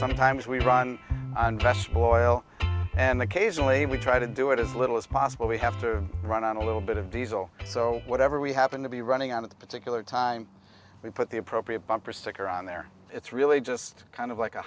sometimes we run boil and occasionally we try to do it as little as possible we have to run on a little bit of diesel so whatever we happen to be running on at the particular time we put the appropriate bumper sticker on there it's really just kind of like a